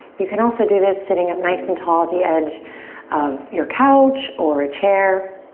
you can also do this sitting up nice and tall at the edge of your couch or a chair.